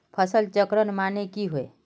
फसल चक्रण माने की होय?